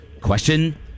Question